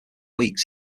weeks